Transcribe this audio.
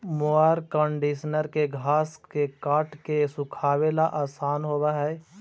mower conditioner के घास के काट के सुखावे ला आसान होवऽ हई